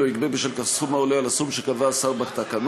לא יגבה בשל כך סכום העולה על הסכום שיקבע השר בתקנות,